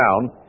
down